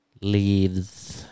leaves